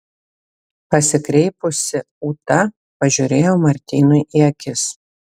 pasikreipusi ūta pažiūrėjo martynui į akis